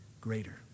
greater